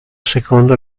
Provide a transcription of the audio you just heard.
secondo